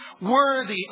worthy